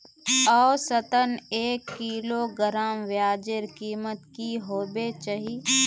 औसतन एक किलोग्राम प्याजेर कीमत की होबे चही?